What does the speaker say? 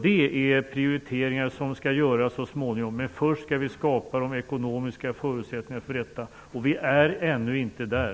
Det är prioriteringar som skall göras så småningom. Men först skall vi skapa de ekonomiska förutsättningarna för detta. Och vi är ännu inte där.